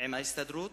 עם ההסתדרות,